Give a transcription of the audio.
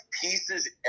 pieces